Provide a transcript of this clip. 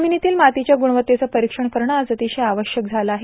जमिनीतील मातीच्या गुणवतत्तेचं परीक्षण करणं आज अतिशय आवश्यक झालं आहे